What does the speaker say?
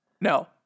No